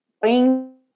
Bring